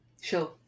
Sure